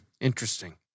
Interesting